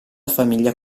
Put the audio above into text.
famiglia